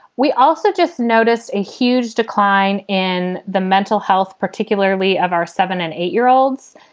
we also just noticed a huge decline in the mental health, particularly of our seven and eight year olds.